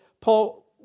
Paul